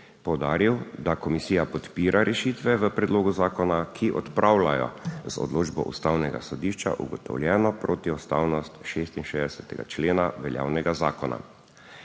poudaril, da komisija podpira rešitve v predlogu zakona, ki odpravljajo z odločbo Ustavnega sodišča ugotovljeno protiustavnost 66. člena veljavnega zakona.